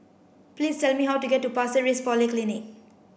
please tell me how to get to Pasir Ris Polyclinic